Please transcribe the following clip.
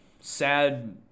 sad